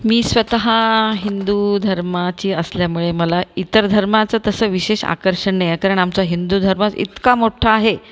मी स्वतः हिंदू धर्माची असल्यामुळे मला इतर धर्माचं तसं विशेष आकर्षण नाही आहे कारण आमचा हिंदू धर्मच इतका मोठा आहे